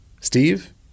Steve